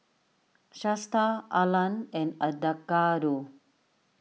Shasta Arlan and Edgardo